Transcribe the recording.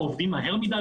או עובדים מהר מדי,